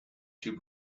two